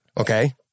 Okay